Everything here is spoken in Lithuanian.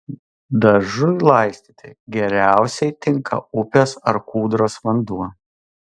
daržui laistyti geriausiai tinka upės ar kūdros vanduo